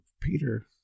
Peter